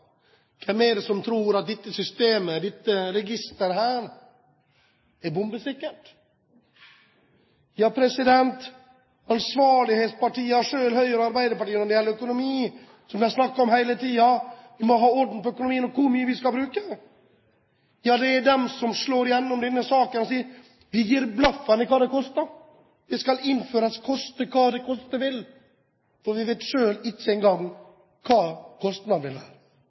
hvem er det som tror at dette systemet, dette registeret her er bombesikkert? Ja, ansvarlighetspartiene selv, Høyre og Arbeiderpartiet, når det gjelder økonomi, som det er snakk om hele tiden – å ha orden på økonomien og hvor mye vi skal bruke – er de som slår igjennom denne saken og sier: Vi gir blaffen i hva det koster. Det skal innføres, koste hva det koste vil, for vi vet ikke engang selv hva kostnadene er. Men noen vil